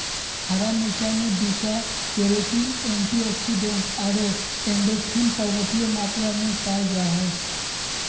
हरा मिरचाय में बीटा कैरोटीन, एंटीऑक्सीडेंट आरो एंडोर्फिन पर्याप्त मात्रा में पाल जा हइ